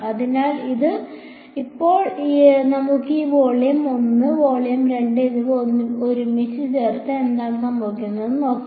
അതിനാൽ ഇപ്പോൾ നമുക്ക് ഈ വോള്യം 1 വോളിയം 2 എന്നിവ ഒരുമിച്ച് ചേർത്ത് എന്താണ് സംഭവിക്കുന്നതെന്ന് നോക്കാം